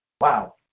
Wow